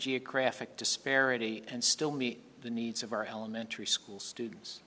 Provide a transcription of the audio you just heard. geographic disparity and still meet the needs of our elementary school students